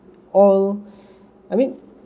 all I mean